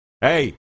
Hey